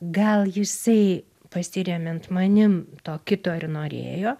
gal jisai pasiremiant manim to kito ir norėjo